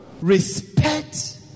respect